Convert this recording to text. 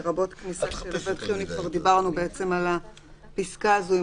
לרבות כניסה של עובד חיוני" --- כבר דיברנו על הפסקה הזו.